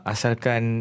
Asalkan